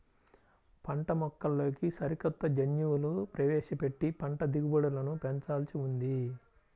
పంటమొక్కల్లోకి సరికొత్త జన్యువులు ప్రవేశపెట్టి పంట దిగుబడులను పెంచాల్సి ఉంది